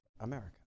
America